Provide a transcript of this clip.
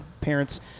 parents